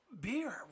beer